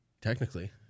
technically